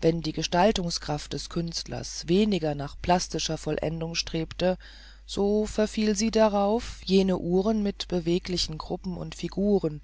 wenn die gestaltungskraft des künstlers weniger nach plastischer vollendung strebte so verfiel sie darauf jene uhren mit beweglichen gruppen und figuren